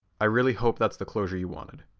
i really hope that's the closure you wanted.